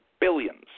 billions